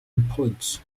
reports